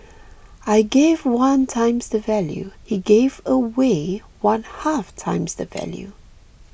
I gave one times the value he gave away one half times the value